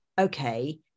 okay